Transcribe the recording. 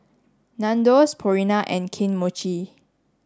Nandos Purina and Kane Mochi